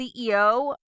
CEO